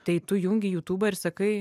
tai tu jungi jutubą ir sakai